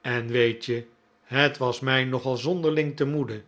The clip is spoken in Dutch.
en weet je het was mij nogal zonderling te moede